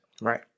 Right